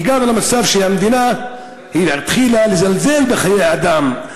הגענו למצב שהמדינה התחילה לזלזל בחיי אדם,